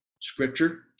Scripture